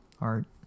art